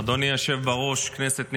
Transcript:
אדוני היושב בראש, כנסת נכבדה,